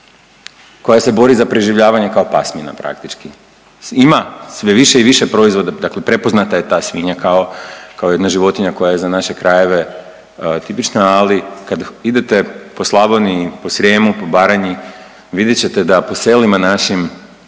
koja se bori za preživljavanje kao pasmina praktički. Ima sve više i više proizvoda dakle prepoznata je ta svinja kao, kao jedna životinja koja je za naše krajeve tipična, ali kad idete po Slavoniji, po Srijemu, po Baranji vidjet ćete da po selima našim